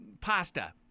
pasta